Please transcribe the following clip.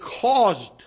caused